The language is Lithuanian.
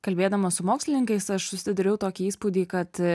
kalbėdama su mokslininkais aš susidariau tokį įspūdį kad